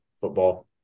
football